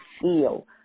feel